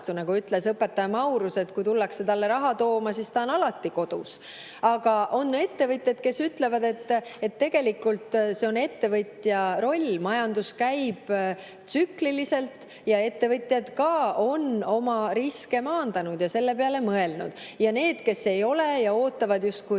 Nagu ütles õpetaja Maurus, et kui tullakse talle raha tooma, siis ta on alati kodus. Aga on ettevõtjaid, kes ütlevad, et tegelikult on see ettevõtja roll, majandus käib tsükliliselt, [need] ettevõtjad on ka oma riske maandanud ja selle peale mõelnud. [Kui toetada neid], kes ei ole [seda teinud] ja